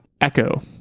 echo